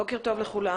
בוקר טוב לכולם.